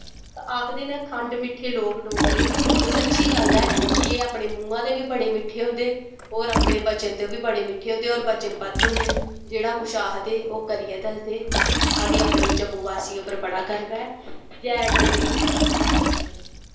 आखदे नै खण्ड मिट्ठे लोग डोगरे ते सच्ची गल्ल ऐ की एह् अपने मुंहा दे वी बड़े मिट्ठे होंदे और अपने बचन दे वी बड़े मिट्ठे होंदे और बचनबध्द होंदे जेह्ड़ा कुश आखदे ओह् करियै दसदे साह्नी अपने जम्मू वासियें उप्पर बड़ा ग्रव ऐ जै डोगरी जै डो